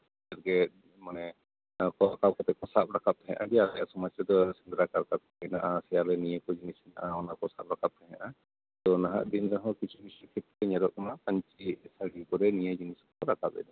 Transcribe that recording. ᱜᱮ ᱢᱟᱱᱮ ᱥᱚᱜ ᱨᱟᱠᱟᱵ ᱠᱟᱛᱮ ᱥᱟᱵ ᱨᱟᱠᱟᱵ ᱛᱟᱦᱮᱸᱜᱼᱟ ᱡᱮ ᱟᱞᱮᱭᱟᱜ ᱥᱚᱢᱟᱡ ᱨᱮᱫᱚ ᱥᱮᱸᱫᱨᱟ ᱠᱟᱨᱠᱟ ᱫᱚ ᱦᱮᱱᱟᱜᱼᱟ ᱥᱮ ᱱᱤᱭᱟᱹ ᱠᱚ ᱡᱤᱱᱤᱥ ᱦᱮᱱᱟᱜᱼᱟ ᱚᱱᱟᱠᱚ ᱥᱟᱵ ᱨᱟᱠᱟᱵ ᱛᱟᱦᱮᱸᱜᱼᱟ ᱛᱚ ᱱᱟᱦᱟᱜ ᱫᱤᱱ ᱨᱮᱦᱚᱸ ᱠᱤᱪᱷᱩ ᱠᱤᱪᱷᱩ ᱠᱷᱮᱛᱨᱮ ᱧᱮᱞᱚᱜ ᱠᱟᱱᱟ ᱯᱟᱧᱪᱤ ᱥᱟᱲᱤ ᱠᱚᱨᱮ ᱱᱤᱭᱟᱹ ᱡᱤᱱᱤᱥ ᱠᱚᱠᱚ ᱨᱟᱠᱟᱵ ᱮᱫᱟ